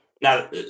Now